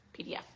PDF